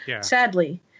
sadly